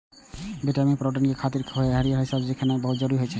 vitamin, protein के पूर्ति खातिर हरियर सब्जी खेनाय बहुत जरूरी होइ छै